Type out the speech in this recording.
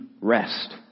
rest